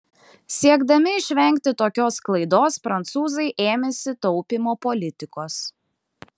siekdami išvengti tokios klaidos prancūzai ėmėsi taupymo politikos